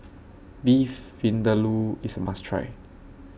Beef Vindaloo IS A must Try